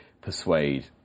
persuade